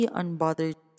unbothered